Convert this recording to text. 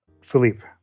Philippe